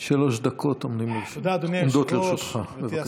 מלכיאלי, שלוש דקות עומדות לרשותך, אדוני.